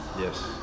Yes